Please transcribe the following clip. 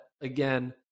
Again